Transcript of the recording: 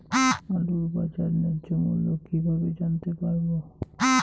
আলুর বাজার ন্যায্য মূল্য কিভাবে জানতে পারবো?